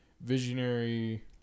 visionary